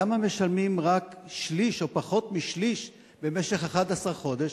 למה משלמים רק שליש או פחות משליש במשך 11 חודש,